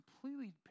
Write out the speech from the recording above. completely